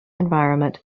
environment